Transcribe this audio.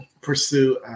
pursue